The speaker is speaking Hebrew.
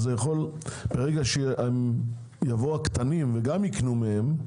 ברגע שיבואו הקטנים וגם יקנו מהם,